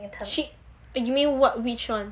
she you mean what which one